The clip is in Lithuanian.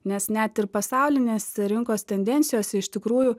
nes net ir pasaulinės rinkos tendencijose iš tikrųjų